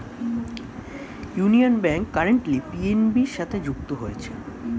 union bank currently PNB সাথে যুক্ত হয়েছে